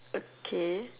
okay